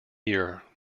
year